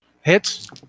Hits